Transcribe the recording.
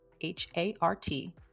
H-A-R-T